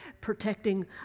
protecting